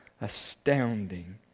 astounding